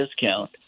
discount